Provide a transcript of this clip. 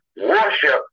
worship